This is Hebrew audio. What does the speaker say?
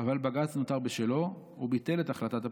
אבל בג"ץ נותר בשלו וביטל את החלטת הפסילה.